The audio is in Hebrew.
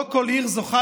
לא כל עיר זוכה,